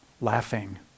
laughing